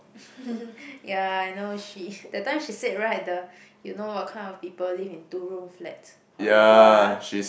ya I know she that time she said right the you know what kind of people live in two room flats horrible ah